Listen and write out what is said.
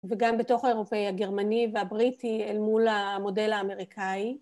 וגם בתוך האירופאי הגרמני והבריטי אל מול המודל האמריקאי.